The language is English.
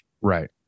right